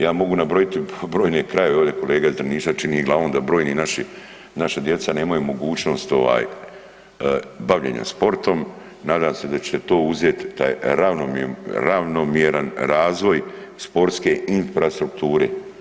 Ja mogu nabrojiti brojne krajeve, ovdje kolega iz Drniša čini glavom da brojni naša djeca nemaju mogućnost bavljenja sportom, nadam se da ćete to uzet taj ravnomjeran razvoj sportske infrastrukture.